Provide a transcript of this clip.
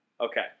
Okay